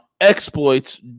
exploits